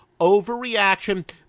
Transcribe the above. overreaction